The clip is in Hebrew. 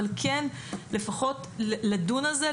אבל כן לפחות לדון בזה,